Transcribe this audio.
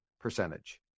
percentage